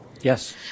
Yes